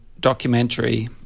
documentary